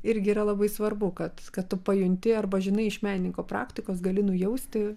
irgi yra labai svarbu kad kad tu pajunti arba žinai iš menininko praktikos gali nujausti